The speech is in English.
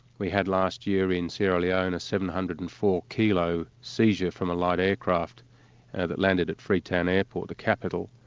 we had last year in sierra leone, a seven hundred and four kilo seizure from a light aircraft that landed at freetown airport, the capital,